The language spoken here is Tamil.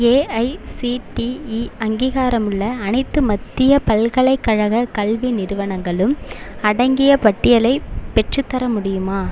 ஏஐசிடிஇ அங்கீகாரமுள்ள அனைத்து மத்திய பல்கலைக்கழக கல்வி நிறுவனங்களும் அடங்கிய பட்டியலை பெற்றுத்தர முடியுமா